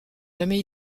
jamais